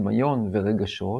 דמיון ורגשות,